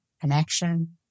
connection